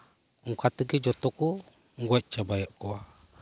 ᱚᱱᱠᱟᱛᱮᱜᱮ ᱡᱚᱛᱚ ᱠᱩ ᱜᱚᱡ ᱪᱟᱵᱟᱭᱮᱫ ᱠᱚᱣᱟ